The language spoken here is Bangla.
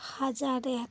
হাজার এক